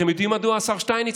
אתם יודעים מדוע, השר שטייניץ?